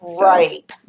Right